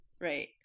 Right